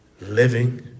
living